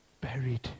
buried